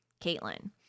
Caitlin